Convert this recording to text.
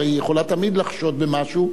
הרי היא תמיד יכולה לחשוד במשהו,